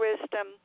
wisdom